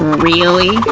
really?